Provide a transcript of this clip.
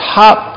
top